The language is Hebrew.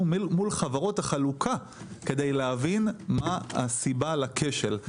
מול חברות החלוקה כדי להבין מה הסיבה לכשל.